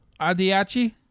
Adiachi